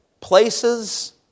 places